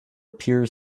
peers